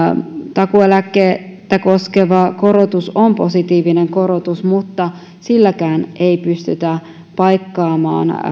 takuueläkettä koskeva korotus on positiivinen korotus mutta silläkään ei pystytä paikkaamaan